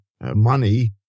money